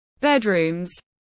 bedrooms